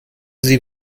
sie